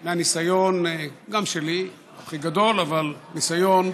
מהניסיון, גם שלי, לא הכי גדול, אבל ניסיון,